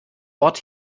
ort